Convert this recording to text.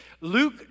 Luke